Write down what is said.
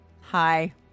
Hi